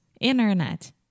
Internet